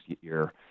year